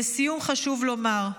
לסיום, חשוב לומר: